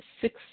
six